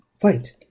fight